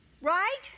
Right